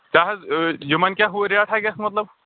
کیٛاہ حظ یِمَن کیٛاہ ہُہ ریٹھاہ گژھِ مطلب